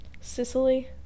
Sicily